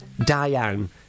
Diane